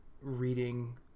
reading